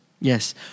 Yes